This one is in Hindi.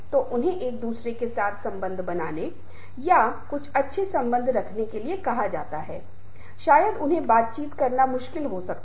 हम प्रस्तुति कौशलप्रेजेंटेशन स्किल्स Presentation Skill पर आगे बढ़े और मुझे कहना होगा कि प्रेजेंटेशन स्किल्स के संदर्भ में हमने पूरे मॉडल को बहुत समग्र तरीके से देखा